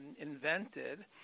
invented